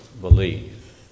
believe